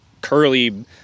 curly